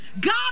God